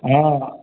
हॅं